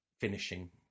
finishing